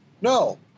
no